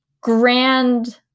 grand